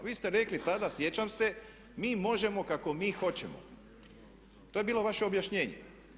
Vi ste rekli tada sjećam se mi možemo kako mi hoćemo, to je bilo vaše objašnjenje.